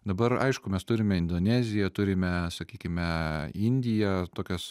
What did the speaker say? dabar aišku mes turime indoneziją turime sakykime indiją tokias